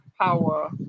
power